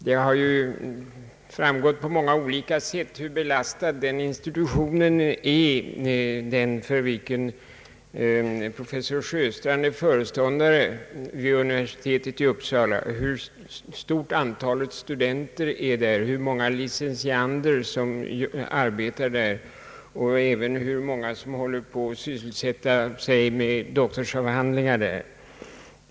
Det har framgått på många olika sätt hur belastad den institution är för vilken professor Sjöstrand är föreståndare vid universitetet i Uppsala, hur stort antalet studenter är och hur många licentiander som arbetar vid institutionen och även hur många som där håller på med doktorsavhandlingar.